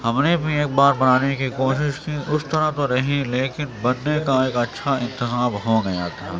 ہم نے بھی ایک بار بنانے کی کوشش کی اس طرح تو نہیں لیکن بننے کا ایک اچھا انتظام ہو گیا تھا